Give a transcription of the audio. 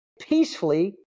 peacefully